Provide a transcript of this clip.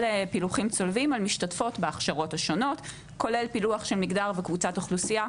פילוחים צולבים כולל פילוח של מגדר וקבוצת אוכלוסייה,